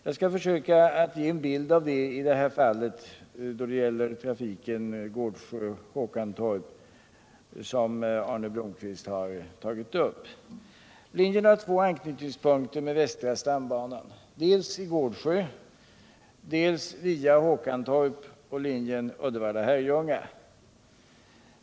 Jag skall försöka att ge en bild av detta när det gäller fallet Gårdsjö-Håkantorp, som Arne Blomkvist har tagit upp. Linjen har två anknytningspunkter med västra stambanan, dels i Gårdsjö, dels i Håkantorp på linjen Uddevalla-Herrljunga.